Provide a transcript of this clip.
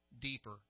deeper